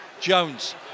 Jones